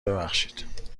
ببخشید